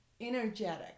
energetic